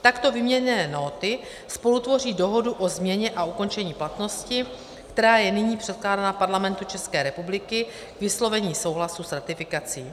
Takto vyměněné nóty spolu tvoří dohodu o změně a ukončení platnosti, která je nyní předkládána Parlamentu České republiky k vyslovení souhlasu s ratifikací.